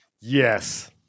Yes